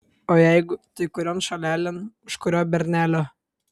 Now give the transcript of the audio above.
o jeigu tai kurion šalelėn už kurio bernelio